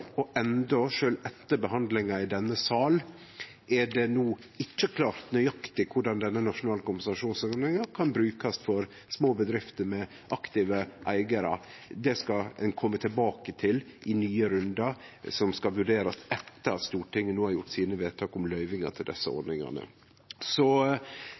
og endå – sjølv etter behandlinga i denne sal – er det ikkje klart nøyaktig korleis denne nasjonale kompensasjonsordninga kan brukast for små bedrifter med aktive eigarar. Det skal ein kome tilbake til i nye rundar. Det skal vurderast etter at Stortinget no har gjort vedtak om løyvingar til desse